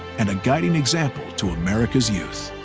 and a guiding example to america's youth.